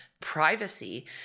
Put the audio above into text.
privacy